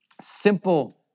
simple